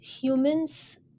humans